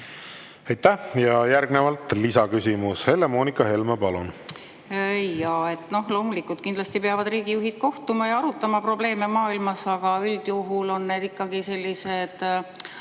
Aitäh! Järgnevalt lisaküsimus. Helle-Moonika Helme, palun! Jaa. Loomulikult, kindlasti peavad riigijuhid kohtuma ja arutama probleeme maailmas, aga üldjuhul on need ikkagi avalikud